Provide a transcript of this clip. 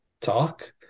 talk